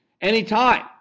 anytime